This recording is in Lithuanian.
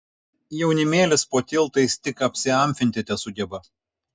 jaunimėlis po tiltais tik apsiamfinti tesugeba